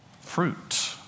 fruit